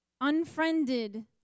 unfriended